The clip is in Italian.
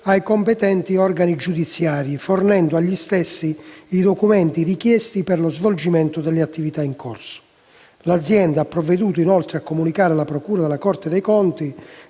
ai competenti organi giudiziari, fornendo agli stessi i documenti richiesti per lo svolgimento delle attività in corso. Inoltre, l'azienda ha provveduto a comunicare alla procura della Corte dei conti